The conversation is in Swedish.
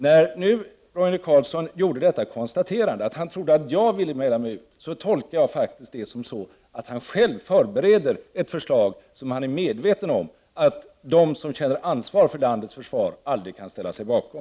När nu Roine Carlsson gjorde detta konstaterande, att han trodde att jag ville mäla mig ur, tolkar jag det faktiskt så att han själv förberedde ett förslag som — det är han medveten om — de som känner ansvar för landets försvar aldrig kan ställa sig bakom.